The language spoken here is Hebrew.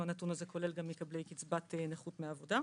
הנתון הזה כולל גם מקבלי קצבת נכות מהעבודה,